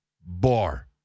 bar